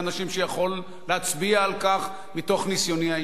שיכול להצביע על כך מתוך ניסיוני האישי,